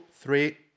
three